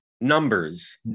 Numbers